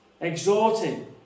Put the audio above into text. Exhorting